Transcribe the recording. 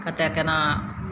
कतए कोना